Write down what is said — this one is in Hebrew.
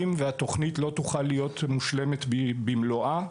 והתוכנית לא תוכל להיות מושלמת במלואה.